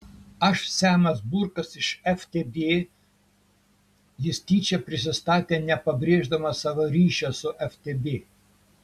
aš semas burkas iš ftb jis tyčia prisistatė nepabrėždamas savo ryšio su ftb